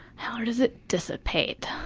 how does it dissipate?